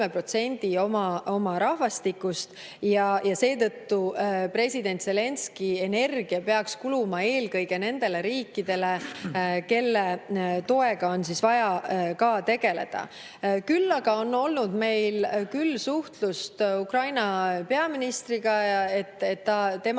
oma rahvastikust. Ja seetõttu president Zelenskõi energia peaks kuluma eelkõige nendele riikidele, kelle toega on vaja tegeleda. Küll aga on olnud meil suhtlust Ukraina peaministriga, et tema